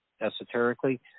esoterically